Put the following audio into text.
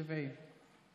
טבעי.